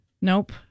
Nope